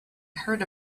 heard